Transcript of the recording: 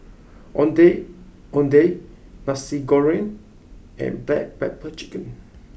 Ondeh Ondeh Nasi Goreng and Black Pepper Chicken